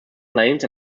plains